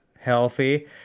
healthy